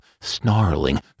snarling